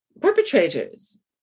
perpetrators